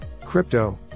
Crypto